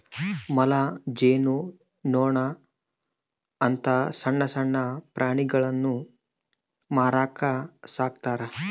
ಮೊಲ, ಜೇನು ನೊಣ ಇಂತ ಸಣ್ಣಣ್ಣ ಪ್ರಾಣಿಗುಳ್ನ ಮಾರಕ ಸಾಕ್ತರಾ